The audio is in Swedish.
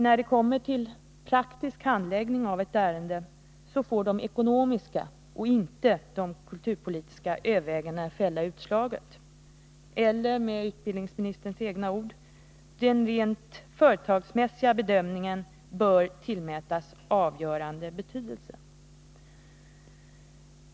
När det kommer till praktisk handläggning av ett ärende får nämligen de ekonomiska och inte de kulturpolitiska övervägandena fälla utslaget — eller med utbildningsministerns egna ord: ”Den rent företagsmässiga bedömningen bör ——- tillmätas en avgörande betydelse”.